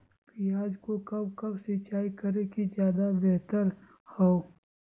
प्याज को कब कब सिंचाई करे कि ज्यादा व्यहतर हहो?